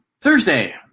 Thursday